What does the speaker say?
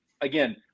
again